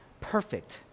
Perfect